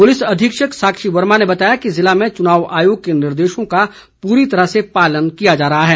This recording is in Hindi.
पुलिस अधीक्षक साक्षी वर्मा ने बताया है कि जिले में चुनाव आयोग के निर्देशों का पूरी तरह से पालन किया जा रहा है